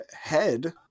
head